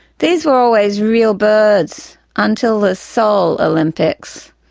these were always real birds, until the seoul olympics.